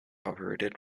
operated